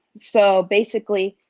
so, basically,